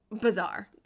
bizarre